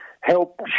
help